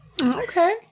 okay